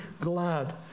glad